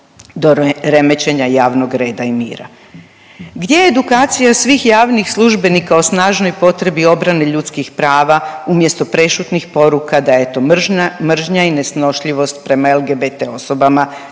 do remećenja javnog reda i mira? Gdje je edukacija svih javnih službenika o snažnoj potrebi obrane ljudskih prava umjesto prešutnih poruka da je to mržnja i nesnošljivost prama LGBT osobama